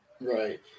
Right